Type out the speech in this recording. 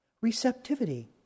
Receptivity